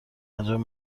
انجام